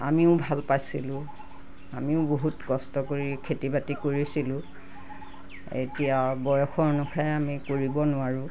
আমিও ভাল পাইছিলোঁ আমিও বহুত কষ্ট কৰি খেতি বাতি কৰিছিলোঁ এতিয়া বয়স অনুসাৰে আমি কৰিব নোৱাৰোঁ